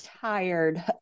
tired